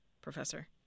Professor